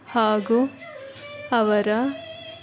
ಹಾಗೂ ಅವರ